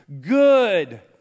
Good